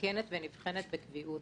מתעדכנת ונבחנת בקביעות.